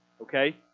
Okay